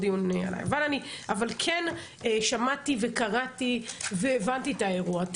כן שמעתי וקראתי והבנתי את האירוע.